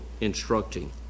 instructing